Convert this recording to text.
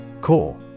Core